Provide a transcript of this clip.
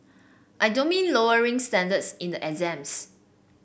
I don't mean lowering standards in the exams